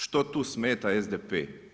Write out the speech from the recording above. Što tu smeta SDP?